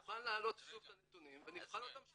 אני מוכן להעלות שוב את הנתונים ואבחן אותם שוב.